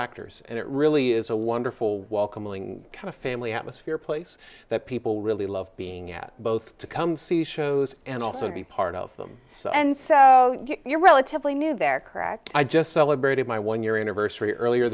actors and it really is a wonderful welcoming kind of family atmosphere a place that people really love being at both to come see shows and also be part of them so and so you're relatively new there crack i just celebrated my one year anniversary earlier